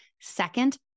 Second